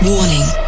Warning